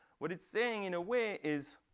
what it's saying in a way is